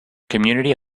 community